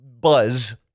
buzz